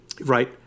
Right